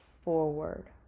forward